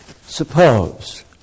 Suppose